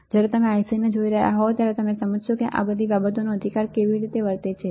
જ્યારે તમે IC ને જોઈ રહ્યા હોવ ત્યારે તમે સમજો છો કે આ બધી બાબતોના અધિકારો કેવી રીતે વર્તે છે